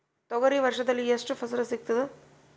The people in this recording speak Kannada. ತೊಗರಿ ವರ್ಷದಲ್ಲಿ ಎಷ್ಟು ಫಸಲ ಸಿಗತದ?